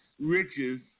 riches